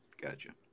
Gotcha